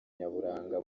nyaburanga